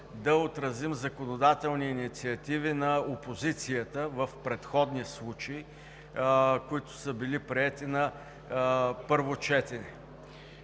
да отразим законодателни инициативи на опозицията в предходни случаи, които са били приети на първо четене.